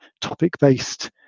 topic-based